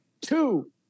two